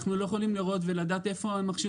אנחנו לא יכולים לראות ולדעת איפה המכשיר